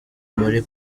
muri